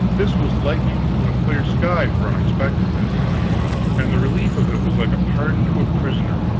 this was lightning from a clear sky, for unexpectedness and the relief of it was like pardon to a prisoner.